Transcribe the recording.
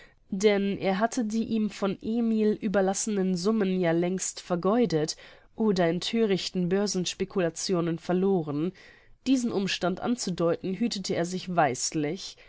denn er hatte die ihm von emil überlassenen summen ja längst vergeudet oder in thörichten börsenspeculationen verloren diesen umstand anzudeuten hütete er sich weislich